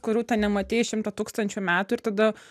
kurių tu nematei šimtą tūkstančių metų ir tada